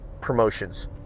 promotions